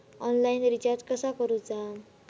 Online recharge कसा करूचा?